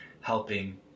helping